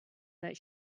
that